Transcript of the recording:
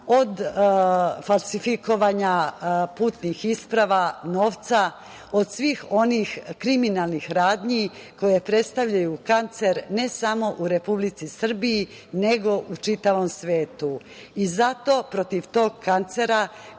od falsifikovanja putnih isprava, novca, od svih onih kriminalnih radnji koje predstavljaju kancer ne samo u Republici Srbiji, nego u čitavom svetu. Zato protiv tog kancera